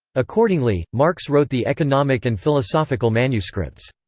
accordingly, marx wrote the economic and philosophical manuscripts.